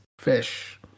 fish